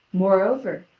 moreover,